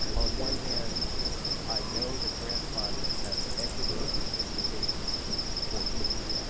on one hand i know that grandfathering has equity implications for kids.